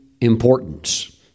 importance